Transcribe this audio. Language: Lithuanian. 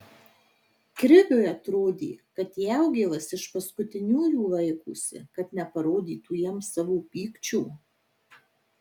kriviui atrodė kad jaugėlas iš paskutiniųjų laikosi kad neparodytų jiems savo pykčio